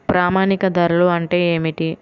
ప్రామాణిక ధరలు అంటే ఏమిటీ?